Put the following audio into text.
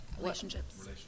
relationships